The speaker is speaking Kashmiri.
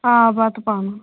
آ بَتہٕ پنُن